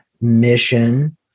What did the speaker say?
mission